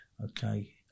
okay